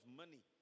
money